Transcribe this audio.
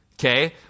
okay